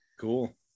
Cool